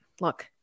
Look